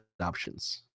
options